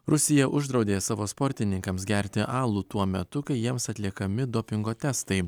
rusija uždraudė savo sportininkams gerti alų tuo metu kai jiems atliekami dopingo testai